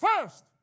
first